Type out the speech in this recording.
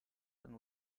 and